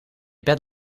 bed